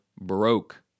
broke